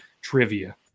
trivia